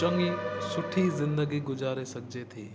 चङी सुठी ज़िंदगी गुज़ारे सघिजे थी